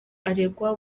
aregwa